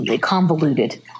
convoluted